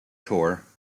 tour